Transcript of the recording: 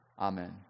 Amen